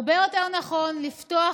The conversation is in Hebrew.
הרבה יותר נכון לפתוח,